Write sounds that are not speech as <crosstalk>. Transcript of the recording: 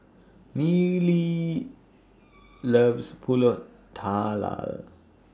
Neely loves Pulut <unintelligible>